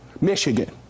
Michigan